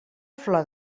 flor